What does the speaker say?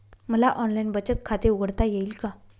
मला ऑनलाइन बचत खाते उघडता येईल का?